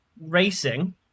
racing